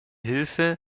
hilfe